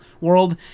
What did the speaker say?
world